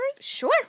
Sure